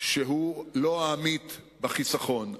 שהוא לא העמית בחיסכון.